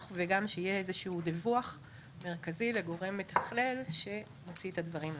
וגם שיהיה איזשהו דיווח מרכזי וגורם מתכלל שמוציא את הדברים לפועל.